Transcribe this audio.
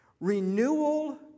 Renewal